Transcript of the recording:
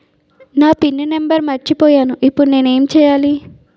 నా pin number మర్చిపోయాను ఇప్పుడు నేను ఎంచేయాలి?